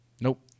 Nope